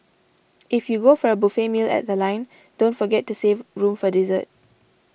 if you go for a buffet meal at The Line don't forget to save room for dessert